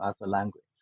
language